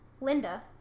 Linda